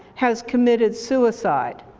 has committed suicide.